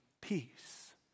Peace